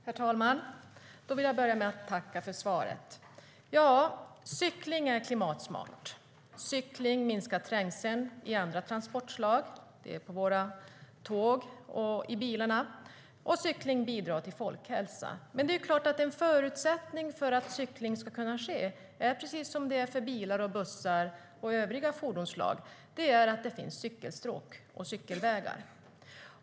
Herr talman! Jag vill börja med att tacka för svaret. Ja, cykling är klimatsmart, cykling minskar trängseln i andra transportslag, både tåg och bilar, och cykling bidrar till folkhälsa. Men en förutsättning för att cykling ska kunna ske är att det finns cykelstråk och cykelvägar.